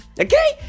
Okay